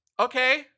okay